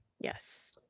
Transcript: yes